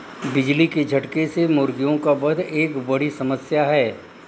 बिजली के झटके से मुर्गियों का वध एक बड़ी समस्या है